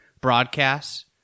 broadcasts